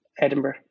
Edinburgh